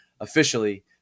officially